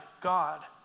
God